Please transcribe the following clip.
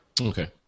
Okay